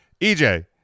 EJ